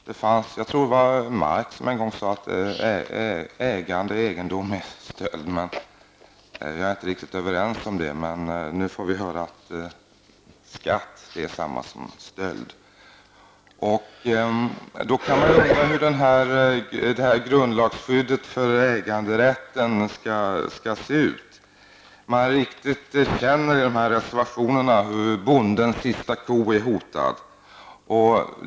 Jag tror att det var Marx som en gång sade att egendom är stöld, men jag är inte säker på det. Nu får vi höra att skatt är detsamma som stöld. Då kan man undra hur det här grundlagsskyddet för äganderätten skall se ut. Man riktigt känner dessa reservationer hur bondens sista ko är hotad.